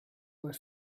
were